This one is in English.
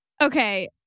Okay